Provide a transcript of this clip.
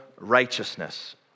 righteousness